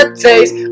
taste